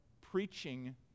preaching